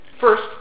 First